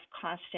constant